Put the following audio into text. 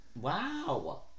wow